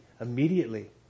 immediately